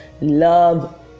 love